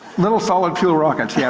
little solid fuel rockets. yeah,